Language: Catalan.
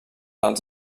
als